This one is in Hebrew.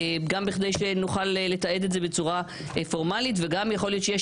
גם בכדי שנוכל לתעד את זה בצורה פורמלית וגם יכול להיות שיהיה